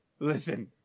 Listen